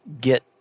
get